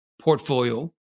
portfolio